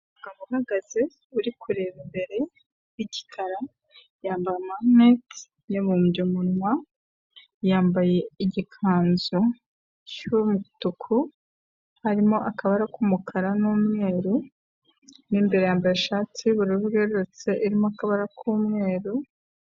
Umugabo uhagaze uri kureba imbere w'igikara, yambara amarinete, yabumbye umunwa, yambaye igikanzu cy'umutuku, harimo akabara k'umukara n'umweru, mu imbere yambaye ishati y'ubururu bwerurutse irimo akabara k'umweru.